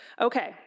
Okay